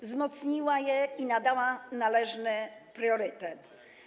Wzmocnił je i nadał należny im priorytet.